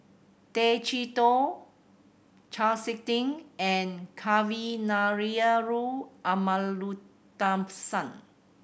Tay Chee Toh Chau Sik Ting and Kavignareru Amallathasan